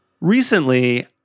recently